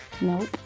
Nope